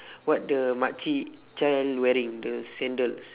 what the mak cik child wearing the sandals